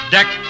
Deck